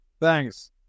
Thanks